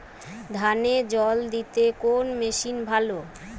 ধানে জল দিতে কোন মেশিন ভালো?